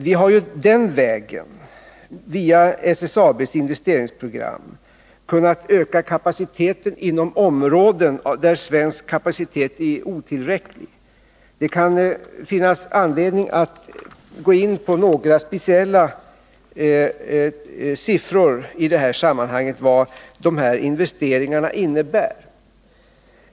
Vi har ju via SSAB:s investeringsprogram kunnat öka kapaciteten inom områden där svensk kapacitet är otillräcklig. Det kan finnas anledning att i det sammanhanget med ett par siffror klargöra vad de här investeringarna innebär.